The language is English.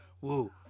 woo